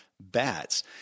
bats